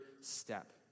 step